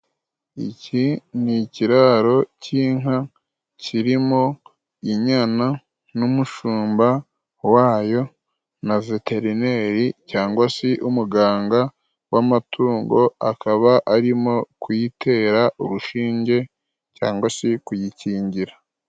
Iki ni ikiraro cy'inka kirimo inyana n'umushumba wayo na veterineri cyangwa si umuganga w'amatungo, akaba arimo kuyitera urushinge cyangwa si kuyikingira.